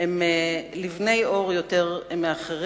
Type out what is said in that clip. הם לבני עור יותר מאחרים.